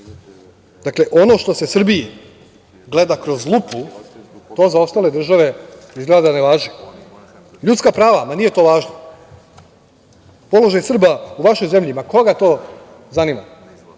bilo. Dakle, ono što se Srbiji gleda kroz lupu, to za ostale države izgleda da ne važi. Ljudska prava? Ma nije to važno. Položaj Srba u vašoj zemlji? Koga to zanima.